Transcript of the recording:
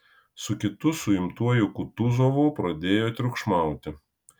su kitu suimtuoju kutuzovu pradėjo triukšmauti